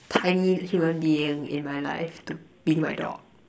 tiny human being in my life to be my dog